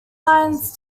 lines